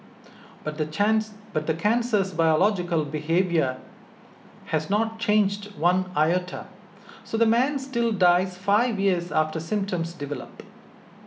but the chance but the cancer's biological behaviour has not changed one iota so the man still dies five years after symptoms develop